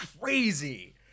crazy